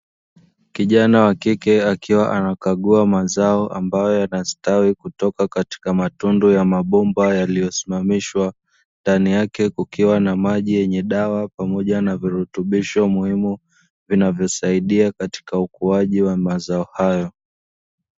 Kijana wa kike akiwa anakagua mazao ambayo yanastawi kutoka katika matundu ya mabomba yakiyosimamishwa. Ndani yake kukiwa na maji yenye dawa pamoja na virutubisho muhimu, vinavosaidia katika ukuaji wa mazao hayo.